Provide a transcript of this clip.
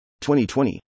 2020